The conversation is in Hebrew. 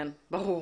כן, ברור.